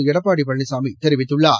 எடப்பாடி பழனிசாமி தெரிவித்துள்ளார்